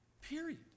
Period